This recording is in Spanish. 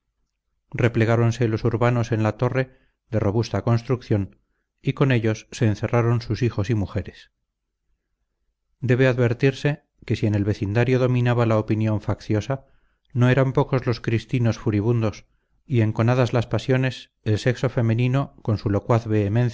replegáronse los urbanos en la torre de robusta construcción y con ellos se encerraron sus hijos y mujeres debe advertirse que si en el vecindario dominaba la opinión facciosa no eran pocos lo cristinos furibundos y enconadas las pasiones el sexo femenino con su locuaz